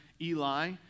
Eli